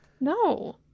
No